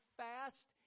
fast